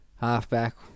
halfback